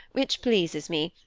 which pleases me.